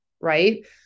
right